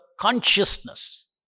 consciousness